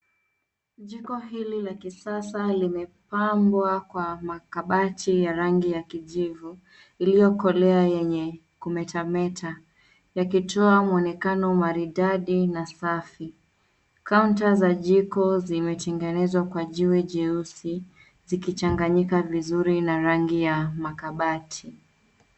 Jiko hili la kisasa limepangwa kwa makabati ya rangi ya kijivu iliyokolea yenye kumetameta yakitoa mwonekano maridadi na safi. Kaunta za jiko zimetengenezwa kwa jiwe jeusi zikichanganyika vizuri na rangi ya makabati.